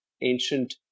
ancient